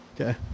Okay